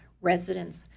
residents